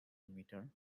metre